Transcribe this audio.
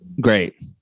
Great